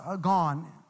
gone